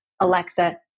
Alexa